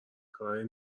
کارای